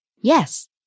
Yes